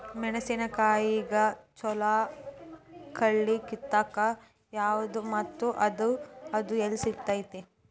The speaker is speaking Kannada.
ಮೆಣಸಿನಕಾಯಿಗ ಛಲೋ ಕಳಿ ಕಿತ್ತಾಕ್ ಯಾವ್ದು ಮತ್ತ ಅದ ಎಲ್ಲಿ ಸಿಗ್ತೆತಿ?